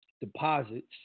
deposits